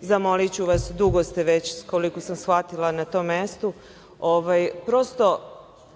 Zamoliću vas, dugo ste već, koliko sam shvatila, na tom mestu, prosto,